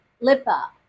Lipa